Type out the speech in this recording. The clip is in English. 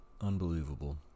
Unbelievable